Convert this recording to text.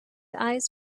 eyes